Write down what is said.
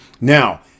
Now